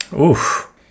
Oof